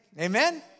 Amen